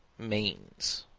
manes,